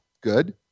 good